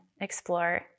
explore